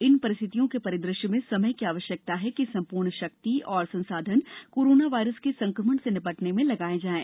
इन परिस्थितियों के परिद्रश्य में समय की आवश्यकता है कि संपूर्ण शक्ति और संसाधन कोरोना वायरस के संक्रमण से निपटने में लगाये जायें